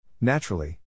Naturally